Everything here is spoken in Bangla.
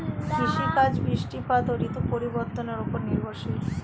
কৃষিকাজ বৃষ্টিপাত ও ঋতু পরিবর্তনের উপর নির্ভরশীল